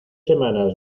semanas